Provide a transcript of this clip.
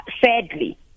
sadly